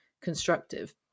constructive